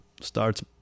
starts